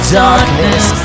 darkness